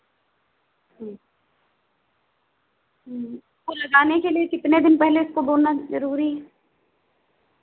ठीक को लगाने के लिए कितने दिन पहले इसको बोना ज़रूरी है